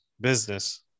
business